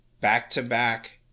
back-to-back